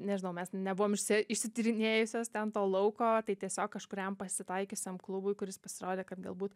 nežinau mes nebuvom išsi išsityrinėjusios ten to lauko tai tiesiog kažkuriam pasitaikiusiam klubui kuris pasirodė kad galbūt